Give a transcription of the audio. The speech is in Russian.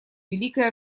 великой